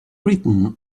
written